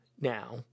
now